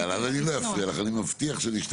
אוקיי אז אני לא אפריע לך, אני מבטיח להשתדל.